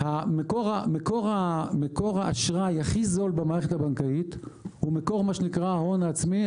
מקור האשראי הכי זול במערכת הבנקאית הוא מקור ההון העצמי,